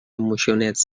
moixonets